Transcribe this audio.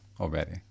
already